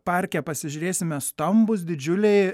parke pasižiūrėsime stambūs didžiuliai